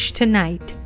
tonight